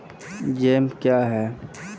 Jam क्या हैं?